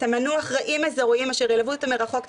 תמנו אחראים איזוריים אשר ילוו מרחוק את